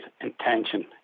intention